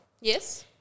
Yes